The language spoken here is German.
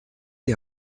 die